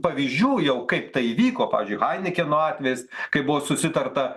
pavyzdžių jau kaip tai įvyko pavyzdžiui hainekeno atvejis kai buvo susitarta